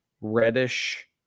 reddish